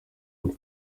and